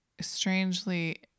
strangely